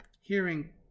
hearing